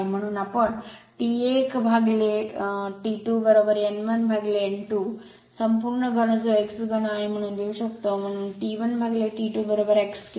म्हणून आम्ही T 1 to T 2 n 1 n 2 संपूर्ण घन जो x घन आहे म्हणून लिहू शकतो म्हणून T 1 T 2 x क्यूब